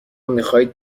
میخواهید